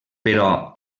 però